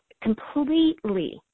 completely